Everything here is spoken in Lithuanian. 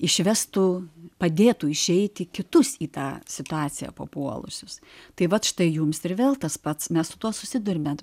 išvestų padėtų išeiti kitus į tą situaciją papuolusius tai vat štai jums ir vėl tas pats mes su tuo susiduriame